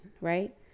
right